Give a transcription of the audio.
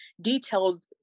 detailed